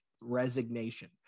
resignation